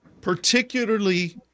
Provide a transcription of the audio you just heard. Particularly